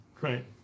Right